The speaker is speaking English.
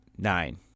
Nine